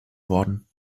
worden